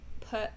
put